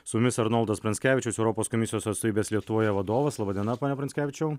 su mumis arnoldas pranckevičius europos komisijos atstovybės lietuvoje vadovas laba diena pone pranckevičiau